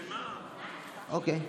אוקיי.